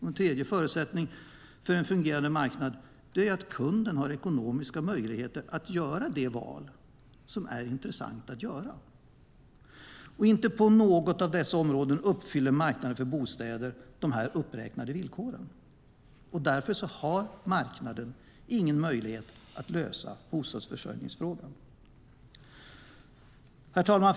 En tredje förutsättning för en fungerande marknad är att kunden har ekonomiska möjligheter att göra det val som är intressant att göra. Inte på något av dessa områden uppfyller marknaden för bostäder de här uppräknade villkoren, och därför har marknaden ingen möjlighet att lösa bostadsförsörjningsfrågan. Herr talman!